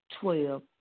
Twelve